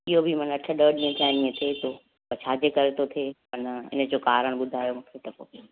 इहो बि माना अठ ॾह ॾींहं थिया आहिनि हीअं थिए थो त छाजे करे थो थिए इनजो कारण ॿुधायो मूंखे त पोइ